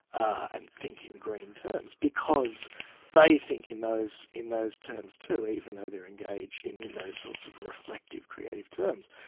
and think in green terms because they think in those in those terms too, even though they're engaged in in those sorts of reflective creative terms.